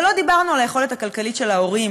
ולא דיברנו על היכולת הכלכלית של ההורים,